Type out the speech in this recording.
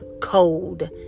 cold